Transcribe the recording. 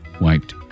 wiped